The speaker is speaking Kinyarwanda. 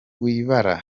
wibabara